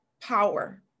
power